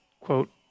quote